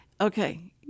okay